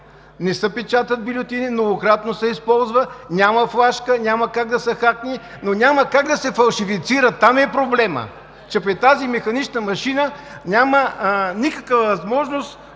не се печатат бюлетини, многократно се използва. Няма флашка, няма как да се хакне, но няма как да се фалшифицира – там е проблемът, че при тази механична машина няма никаква възможност